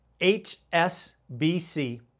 HSBC